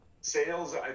Sales